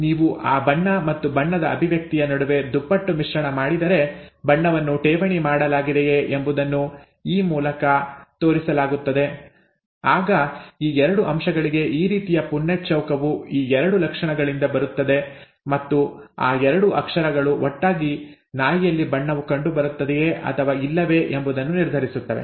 ನೀವು ಆ ಬಣ್ಣ ಮತ್ತು ಬಣ್ಣದ ಅಭಿವ್ಯಕ್ತಿಯ ನಡುವೆ ದುಪ್ಪಟ್ಟು ಮಿಶ್ರಣ ಮಾಡಿದರೆ ಬಣ್ಣವನ್ನು ಠೇವಣಿ ಮಾಡಲಾಗಿದೆಯೆ ಎಂಬುದನ್ನು ಈ ಇ ಮೂಲಕ ತೋರಿಸಲಾಗುತ್ತದೆ ಆಗ ಈ ಎರಡು ಅಂಶಗಳಿಗೆ ಈ ರೀತಿಯ ಪುನ್ನೆಟ್ ಚೌಕವು ಈ ಎರಡು ಲಕ್ಷಣಗಳಿಂದ ಬರುತ್ತದೆ ಮತ್ತು ಆ ಎರಡೂ ಅಕ್ಷರಗಳು ಒಟ್ಟಾಗಿ ನಾಯಿಯಲ್ಲಿ ಬಣ್ಣವು ಕಂಡು ಬರುತ್ತದೆಯೇ ಅಥವಾ ಇಲ್ಲವೇ ಎಂಬುದನ್ನು ನಿರ್ಧರಿಸುತ್ತವೆ